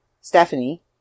Stephanie